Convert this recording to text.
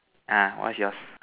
ah what's yours